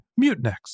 Mutinex